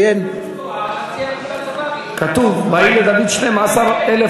אצל דוד המלך חצי למדו בתורה וחצי הלכו